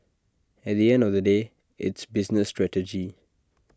at the end of the day it's business strategy